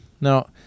Now